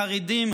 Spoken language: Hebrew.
חרדים,